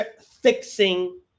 fixing